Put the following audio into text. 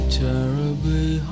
terribly